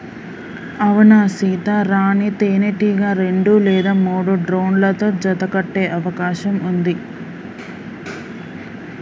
అవునా సీత, రాణీ తేనెటీగ రెండు లేదా మూడు డ్రోన్లతో జత కట్టె అవకాశం ఉంది